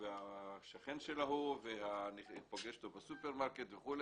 והשכן של ההוא ופוגש אותו בסופרמרקט וכולי,